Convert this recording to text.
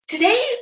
Today